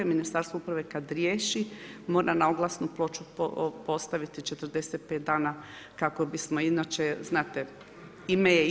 Ministarstvo uprave kad riješi mora na oglasnu ploču postaviti 45 dana kako bismo, inače znate ime je ime.